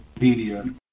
media